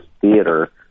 theater